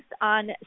on